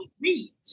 reach